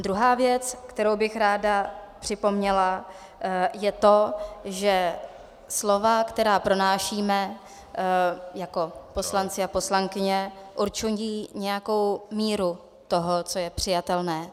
Druhá věc, kterou bych ráda připomněla, je to, že slova, která pronášíme jako poslanci a poslankyně, určují nějakou míru toho, co je přijatelné.